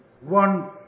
One